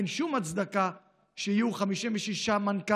אין שום הצדקה שיהיו 56 מנכ"לים,